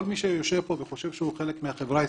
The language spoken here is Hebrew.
כל מי שיושב פה וחושב שהוא חלק מהחברה הישראלית,